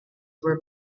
were